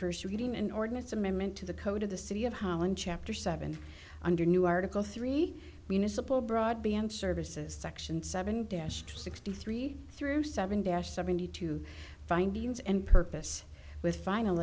first reading an ordinance amendment to the code of the city of holland chapter seven under new article three support broadband services section seven dash sixty three through seven dash seventy two find use and purpose with final